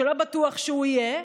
שלא בטוח שהוא יהיה,